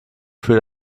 für